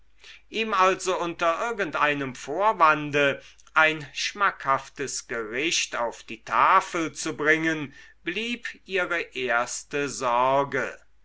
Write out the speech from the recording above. ihm also unter irgendeinem vorwande ein schmackhaftes gericht auf die tafel zu bringen blieb ihre erste sorge